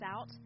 out